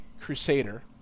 Crusader